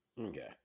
Okay